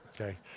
Okay